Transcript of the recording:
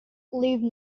leave